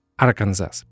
Arkansas